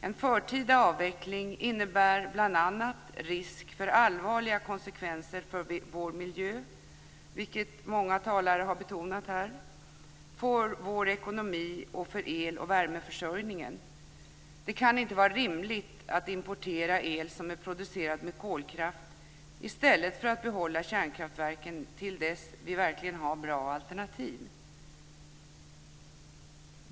En förtida avveckling innebär bl.a. risk för allvarliga konsekvenser för vår miljö, vilket många talare har betonat här, för vår ekonomi och för el och värmeförsörjningen. Det kan inte vara rimligt att importera el som är producerad med kolkraft i stället för att behålla kärnkraftverken till dess att vi verkligen har bra alternativ.